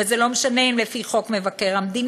וזה לא משנה אם זה לפי חוק מבקר המדינה,